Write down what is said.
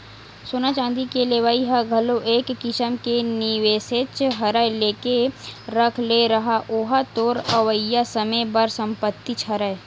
सोना चांदी के लेवई ह घलो एक किसम के निवेसेच हरय लेके रख ले रहा ओहा तोर अवइया समे बर संपत्तिच हरय